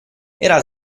era